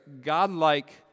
godlike